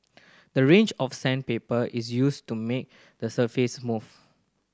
the range of sandpaper is used to make the surface smooth